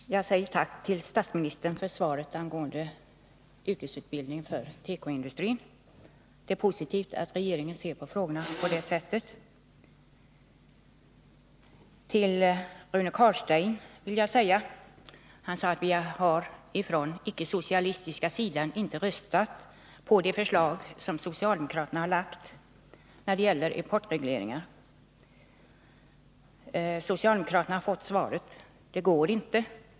Herr talman! Jag säger tack till statsministern för svaret angående yrkesutbildning för tekoindustrin. Det är positivt att regeringen ser på frågan på det sättet. Rune Carlstein sade att vi på den icke-socialistiska sidan inte har röstat för de förslag som socialdemokraterna lagt fram när det gäller importregleringar. Socialdemokraterna har fått svaret: Det går inte.